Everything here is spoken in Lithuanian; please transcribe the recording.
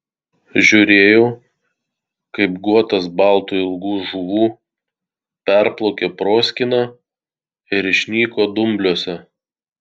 žiūrėjau kaip guotas baltų ilgų žuvų perplaukė proskyną ir išnyko dumbliuose